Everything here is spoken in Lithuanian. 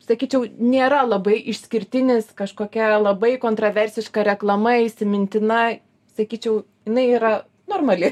sakyčiau nėra labai išskirtinis kažkokia labai kontraversiška reklama įsimintina sakyčiau jinai yra normali